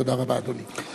תודה רבה, אדוני.